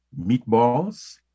meatballs